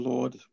Lord